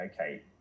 okay